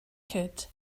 could